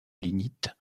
lignite